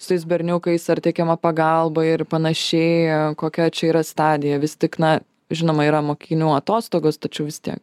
su jais berniukais ar teikiama pagalba ir panašiai kokia čia yra stadija vis tik na žinoma yra mokinių atostogos tačiau vis tiek